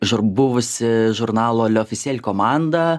žar buvusi žurnalo le ofisel komanda